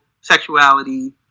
sexuality